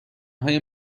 های